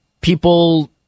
people